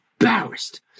embarrassed